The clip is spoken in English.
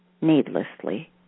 needlessly